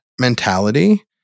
mentality